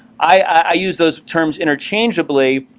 i use those terms interchangeably.